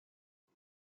jag